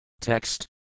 Text